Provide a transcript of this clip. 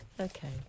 Okay